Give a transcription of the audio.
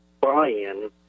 buy-in